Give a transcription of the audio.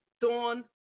Dawn